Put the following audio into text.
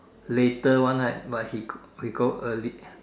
later one right but he he go early